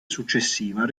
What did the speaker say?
successiva